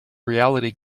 reality